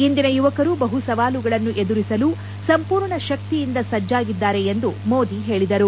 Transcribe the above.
ಇಂದಿನ ಯುವಕರು ಬಹು ಸವಾಲುಗಳನ್ನು ಎದುರಿಸಲು ಸಂಪೂರ್ಣ ಶಕ್ತಿಯಿಂದ ಸಜ್ಲಾಗಿದ್ದಾರೆ ಎಂದು ಮೋದಿ ಹೇಳಿದರು